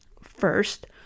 First